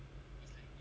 mm